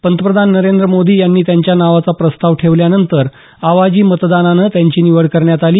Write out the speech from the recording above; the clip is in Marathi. पंतप्रधान नरेंद्र मोदी यांनी त्यांच्या नावाचा प्रस्ताव ठेवल्यानंतर आवाजी मतदानानं त्यांची निवड करण्यात आली